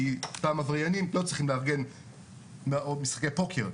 אותם עבריינים לא צריכים לארגן משחקי פוקר.